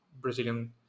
Brazilian